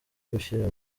gushyira